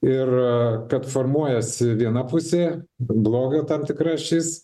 ir kad formuojasi viena pusė blogio tam tikra ašis